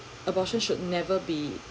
abortion should never be